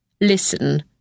Listen